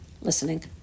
listening